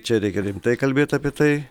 čia reikia rimtai kalbėt apie tai